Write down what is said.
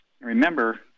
Remember